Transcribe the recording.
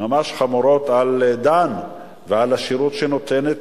ממש חמורות על "דן" ועל השירות שהיא נותנת